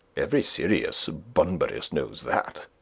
every serious bunburyist knows that.